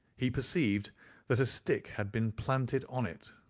he perceived that a stick had been planted on it,